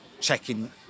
checking